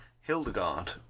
Hildegard